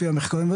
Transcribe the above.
לפי המחקרים,